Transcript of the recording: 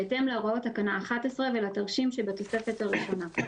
בהתאם להוראות תקנה 11 ולתרשים שבתוספת הראשונה.